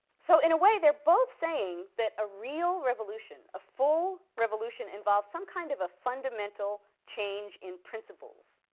so in a way they're both saying that a real revolution, a full revolution, involves some kind of a fundamental change in principles.